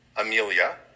Amelia